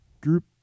group